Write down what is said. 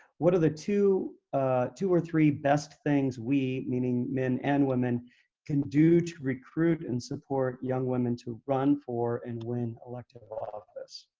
what are the two ah two or three best things we meaning men and women can do to recruit and support young women to run for and win elective office?